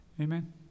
Amen